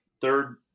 third